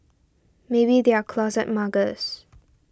maybe they are closet muggers